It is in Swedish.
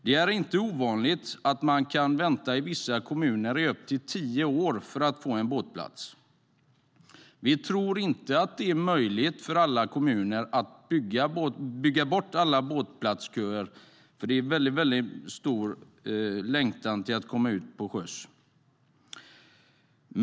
Det är inte ovanligt att man i vissa kommuner kan få vänta i upp till tio år för en båtplats. Vi tror inte att det är möjligt för alla kommuner att bygga bort alla båtplatsköer, eftersom det finns en stor längtan hos många att komma ut på sjön.